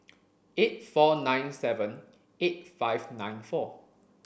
eight four nine seven eight five nine four